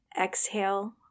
Exhale